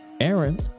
Aaron